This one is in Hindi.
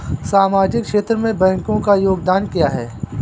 सामाजिक क्षेत्र में बैंकों का योगदान क्या है?